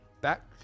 back